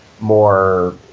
more